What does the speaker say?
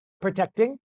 protecting